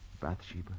Bathsheba